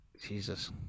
Jesus